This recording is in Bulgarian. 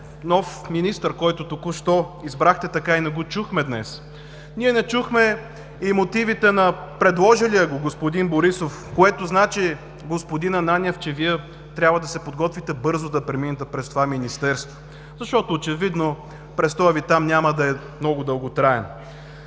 нов министър, който току-що избрахте, така и не го чухме днес. Ние не чухме и мотивите на предложилия го господин Борисов, което значи, господин Ананиев, че Вие трябва да се подготвите бързо да преминете през това Министерство, защото очевидно престоят Ви там няма да е много дълготраен.